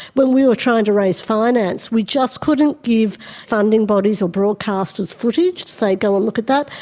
when we were trying to raise finance we just couldn't give funding bodies or broadcasters footage, say go and look at that,